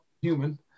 Human